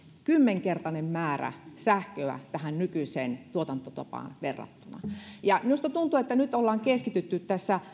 kymmenkertainen määrä sähköä tähän nykyiseen tuotantotapaan verrattuna minusta tuntuu että nyt ollaan keskitytty